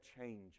change